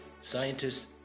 scientists